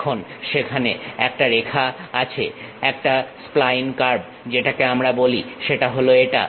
এখন সেখানে একটা রেখা আছে একটা স্পাইন কার্ভ যেটাকে আমরা বলি সেটা হলো এটা